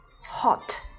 hot